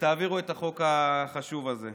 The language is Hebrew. ותעבירו את החוק החשוב הזה.